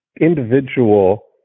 individual